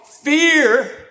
fear